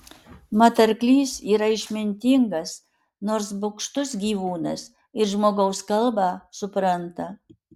mat arklys yra išmintingas nors bugštus gyvūnas ir žmogaus kalbą supranta